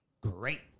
great